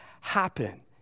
happen